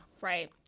Right